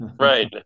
Right